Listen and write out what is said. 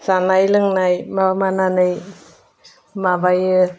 जानाय लोंनाय माबानानै माबायो